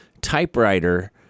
typewriter